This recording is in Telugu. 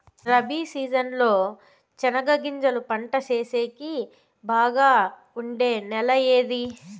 రబి సీజన్ లో చెనగగింజలు పంట సేసేకి బాగా ఉండే నెల ఏది?